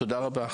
תודה רבה.